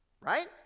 Right